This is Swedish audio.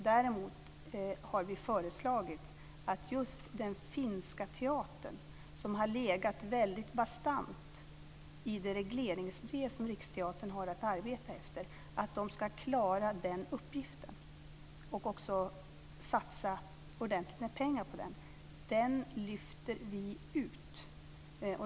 Däremot har vi föreslagit att vi lyfter ut just den finska teatern, som har legat väldigt bastant i det regleringsbrev som Riksteatern har att arbeta efter, där det står att man ska klara den uppgiften och att man också ska satsa ordentligt med pengar på den.